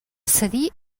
cedir